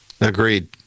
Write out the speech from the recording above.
Agreed